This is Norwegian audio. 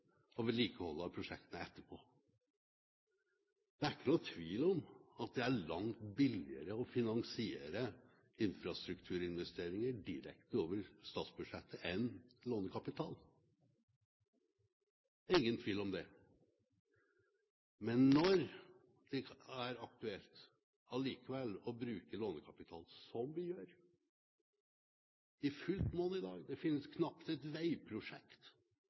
av prosjektet etterpå. Det er ikke noen tvil om at det er langt billigere å finansiere infrastrukturinvesteringer direkte over statsbudsjettet enn med lånekapital. Det er ingen tvil om det. Men når det allikevel er aktuelt å bruke lånekapital, som vi gjør i fullt monn i dag – det fins knapt